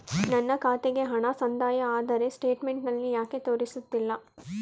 ನನ್ನ ಖಾತೆಗೆ ಹಣ ಸಂದಾಯ ಆದರೆ ಸ್ಟೇಟ್ಮೆಂಟ್ ನಲ್ಲಿ ಯಾಕೆ ತೋರಿಸುತ್ತಿಲ್ಲ?